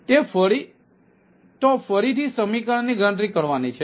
તેથી તે ફરીથી સમીકરણની ગણતરી કરવાની છે